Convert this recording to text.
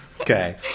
okay